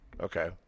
Okay